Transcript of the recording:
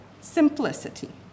simplicity